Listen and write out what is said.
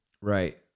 Right